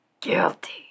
Guilty